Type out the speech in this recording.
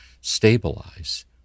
stabilize